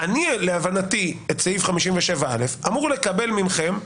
להבנתי את סעיף 57א, אמור לשמוע מכם: